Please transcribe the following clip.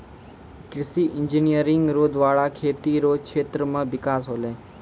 कृषि इंजीनियरिंग रो द्वारा खेती रो क्षेत्र मे बिकास होलै